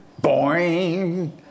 boing